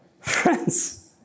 Friends